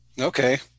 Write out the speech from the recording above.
okay